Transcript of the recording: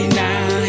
now